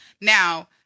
now